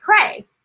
pray